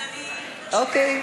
אז אני, אוקיי.